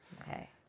Okay